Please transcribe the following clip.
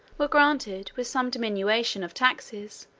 were granted, with some diminution of taxes,